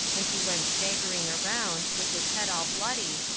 and he went staggering around, with his head all bloody,